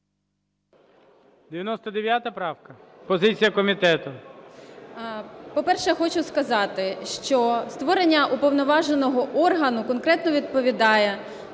По-перше, хочу сказати, що створення уповноваженого органу конкретно відповідає